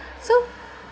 so